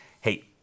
hey